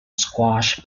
squash